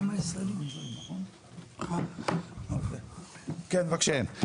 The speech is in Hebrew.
כן, בבקשה.